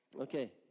Okay